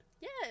Yes